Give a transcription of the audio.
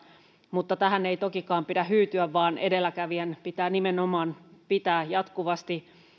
mutta tähän ei tokikaan pidä hyytyä vaan edelläkävijän pitää nimenomaan pitää jatkuvasti